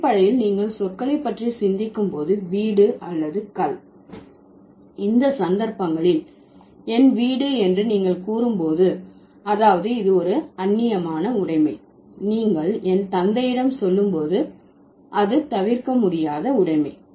அடிப்படையில் நீங்கள் சொற்களை பற்றி சிந்திக்கும் போது வீடு அல்லது கல் இந்த சந்தர்ப்பங்களில் என் வீடு என்று நீங்கள் கூறும்போது அதாவது இது ஒரு அந்நியமான உடைமை நீங்கள் என் தந்தையிடம் சொல்லும்போது அது தவிர்க்க முடியாத உடைமை